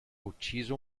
ucciso